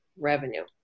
revenue